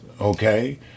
okay